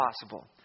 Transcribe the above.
possible